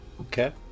Okay